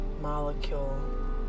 molecule